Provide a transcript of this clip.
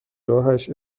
راهش